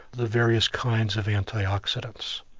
the various kinds of antioxidants.